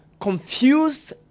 confused